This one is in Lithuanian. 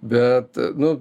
bet nu